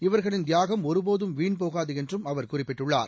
இவர்களின் தியாகம் ஒருபோதும் வீண்போகாது என்றும் அவர் குறிப்பிட்டுள்ளார்